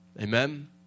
Amen